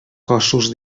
cossos